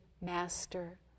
master